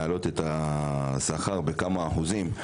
להעלות את השכר בכמה אחוזים.